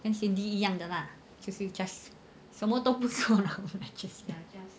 跟 cindy 一样的 lah 就是 just 什么都不做 liao lah